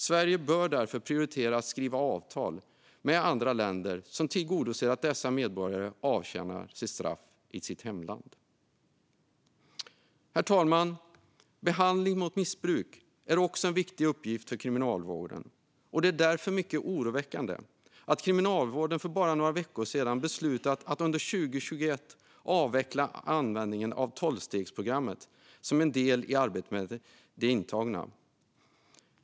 Sverige bör därför prioritera att skriva avtal med andra länder som tillgodoser att dessa medborgare avtjänar sitt straff i sitt hemland. Herr talman! Behandling mot missbruk är också en viktig uppgift för kriminalvården, och det är därför mycket oroväckande att Kriminalvården för bara några veckor sedan beslutat att under 2021 avveckla användning av tolvstegsprogrammet som en del i arbetet med de intagna.